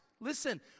Listen